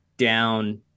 down